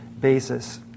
basis